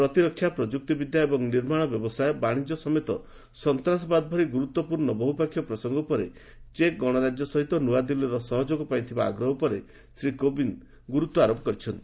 ପ୍ରତିରକ୍ଷା ପ୍ରମୁକ୍ତିବିଦ୍ୟା ଏବଂ ନିର୍ମାଣ ବ୍ୟବସାୟ ବାଶିଜ୍ୟ ସମେତ ସନ୍ତାସବାଦ ଭଳି ଗୁରୁତ୍ୱପୂର୍ଣ୍ଣ ବହୁପକ୍ଷୀୟ ପ୍ରସଙ୍ଗ ଉପରେ ଚେକ୍ ଗଣରାଜ୍ୟ ସହିତ ନ୍ତଆଦିଲ୍ଲୀର ସହଯୋଗପାଇଁ ଥିବା ଆଗ୍ରହ ଉପରେ ଶ୍ରୀ ଗୋବିନ୍ଦ୍ ଗୁରୁତ୍ୱ ଆରୋପ କରିଛନ୍ତି